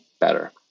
better